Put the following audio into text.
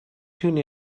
tune